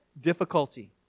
difficulty